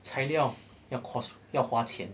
材料要 cost 要花钱